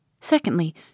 Secondly